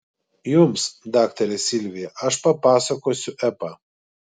jums daktare silvija aš papasakosiu epą